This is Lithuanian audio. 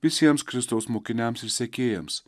visiems kristaus mokiniams ir sekėjams